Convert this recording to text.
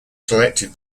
selected